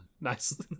Nice